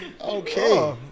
Okay